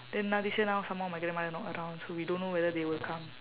then now this year now some more my grandmother not around so we don't know whether they will come